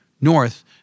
north